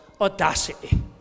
audacity